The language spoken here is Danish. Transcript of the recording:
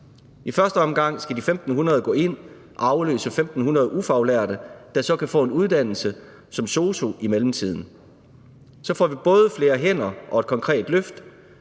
I første omgang skal de 1.500 gå ind og afløse 1.500 ufaglærte, der så kan få en uddannelse som sosu i mellemtiden. Så får vi både flere hænder og et konkret løft.